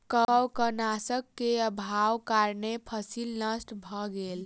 कवकनाशक के अभावक कारणें फसील नष्ट भअ गेल